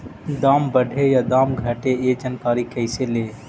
दाम बढ़े या दाम घटे ए जानकारी कैसे ले?